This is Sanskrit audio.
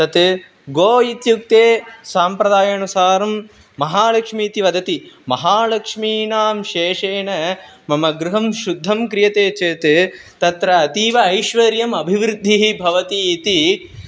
तत् गौः इत्युक्ते सम्प्रदायानुसारं महालक्ष्मी इति वदति महालक्ष्मीनां शेषेण मम गृहं शुद्धं क्रियते चेत् तत्र अतीव ऐश्वर्यम् अभिवृद्धिः भवति इति